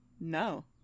no